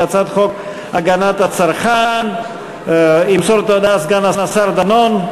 הצעת חוק הגנת הצרכן (תיקון מס' 33). ימסור את ההודעה סגן השר דנון.